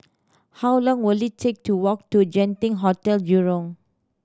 how long will it take to walk to Genting Hotel Jurong